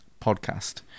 podcast